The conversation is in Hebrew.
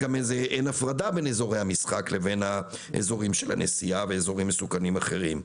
גם אין הפרדה בין אזורי המשחק לאזורים של הנסיעה ואזורים מסוכנים אחרים.